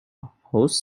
host